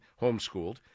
homeschooled